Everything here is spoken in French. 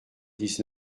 dix